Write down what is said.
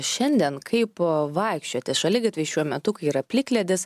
šiandien kaip vaikščioti šaligatviais šiuo metu yra plikledis